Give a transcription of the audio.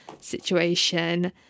situation